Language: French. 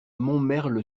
montmerle